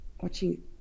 watching